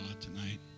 tonight